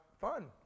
fun